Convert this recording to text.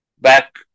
back